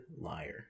Liar